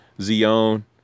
Zion